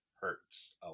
hurts